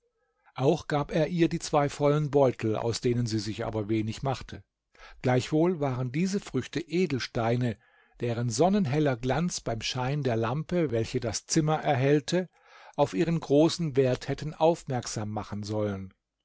auch gab er ihr die zwei vollen beutel aus denen sie sich aber wenig machte gleichwohl waren diese früchte edelsteine deren sonnenheller glanz beim schein der lampe welche das zimmer erhellte auf ihren großen wert hätten aufmerksam machen sollen